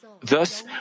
Thus